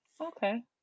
Okay